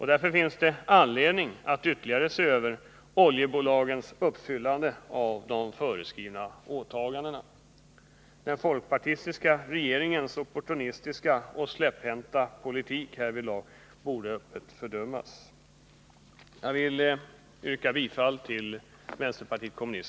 Det finns därför anledning att ytterligare se över oljebolagens uppfyllande av de föreskrivna åtagandena. Den folkpartistiska regeringens opportunistiska och släpphänta politik härvidlag borde öppet fördömas.